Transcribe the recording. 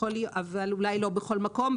אולי לא בכל מקום.